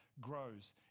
grows